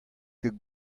ket